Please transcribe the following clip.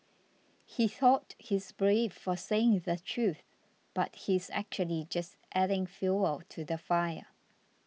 he thought he's brave for saying the truth but he's actually just adding fuel to the fire